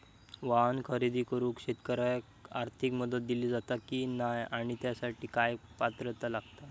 वाहन खरेदी करूक शेतकऱ्यांका आर्थिक मदत दिली जाता की नाय आणि त्यासाठी काय पात्रता लागता?